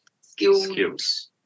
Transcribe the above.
Skills